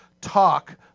talk